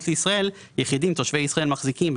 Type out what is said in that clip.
לישראל יחידים תושבי ישראל מחזיקים,